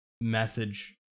message